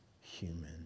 human